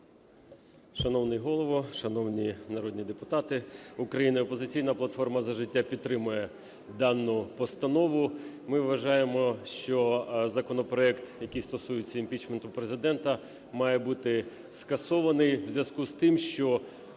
Шановний Голово! Шановні народні депутати України! "Опозиційна платформа – За життя" підтримує дану постанову. Ми вважаємо, що законопроект, який стосується імпічменту Президента, має бути скасований в зв'язку з тим, що